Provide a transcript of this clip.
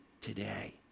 today